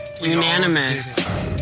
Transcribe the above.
Unanimous